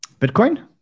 Bitcoin